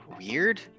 weird